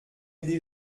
des